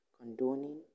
condoning